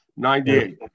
98